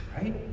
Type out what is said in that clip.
right